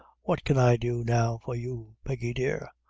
what can i do now for you, peggy dear?